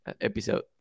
episode